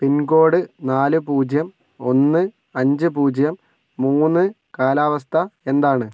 പിൻ code നാല് പൂജ്യം ഒന്ന് അഞ്ച് പൂജ്യം മൂന്ന് കാലാവസ്ഥ എന്താണ്